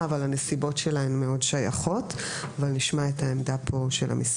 אבל הנסיבות שלה הן מאוד שייכות אבל נשמע כאן את עמדת המשרד.